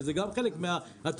זה גם חלק מהתרומה.